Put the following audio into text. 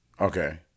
Okay